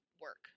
work